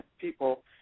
people